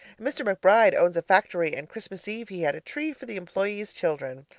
mr. mcbride owns a factory and christmas eve he had a tree for the employees' children.